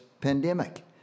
pandemic